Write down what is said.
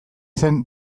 zen